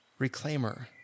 Reclaimer